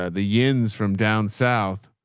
ah the yins from down south.